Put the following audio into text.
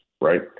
right